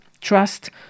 trust